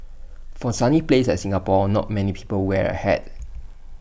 for A sunny place like Singapore not many people wear A hat